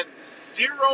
zero